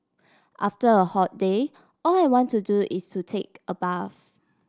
after a hot day all I want to do is to take a bath